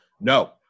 no